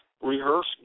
rehearse